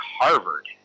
Harvard